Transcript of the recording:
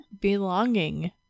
belonging